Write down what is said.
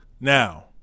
Now